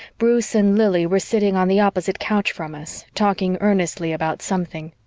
bruce and lili were sitting on the opposite couch from us, talking earnestly about something.